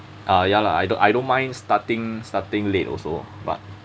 ah ya lah I don't I don't mind starting starting late also but